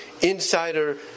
insider